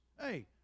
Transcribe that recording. Hey